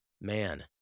man